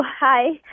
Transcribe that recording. Hi